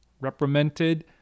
reprimanded